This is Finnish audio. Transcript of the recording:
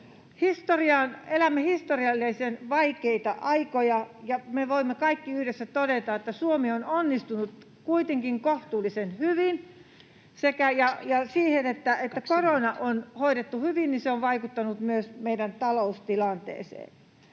elämme historiallisen vaikeita aikoja ja voimme kaikki yhdessä todeta, että Suomi on onnistunut kuitenkin kohtuullisen hyvin, ja se, että korona on hoidettu hyvin, on vaikuttanut myös meidän taloustilanteeseemme.